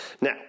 Now